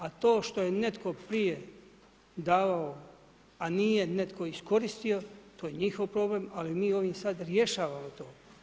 A to što je netko prije davao, a nije netko iskoristio, to je njihov problem, ali mi ovim sada rješavamo to.